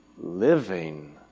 living